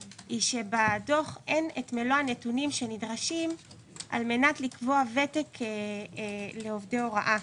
שבדוח אין מלוא הנתונים שנדרשים על-מנת לקבוע ותק לעובדי הוראה.